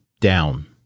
down